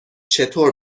چطور